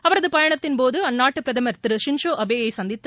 அவரது பயணத்தின் போது அந்நாட்டு பிரதமர் திரு ஷின்சோ அபேயை சந்தித்து